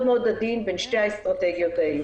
מאוד עדין בין שתי האסטרטגיות האלו.